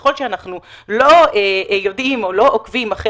ככל שאנחנו לא יודעים או לא עוקבים אחרי